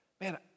man